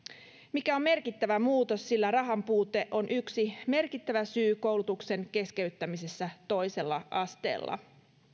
mikä on merkittävä muutos sillä rahan puute on yksi merkittävä syy koulutuksen keskeyttämisessä toisella asteella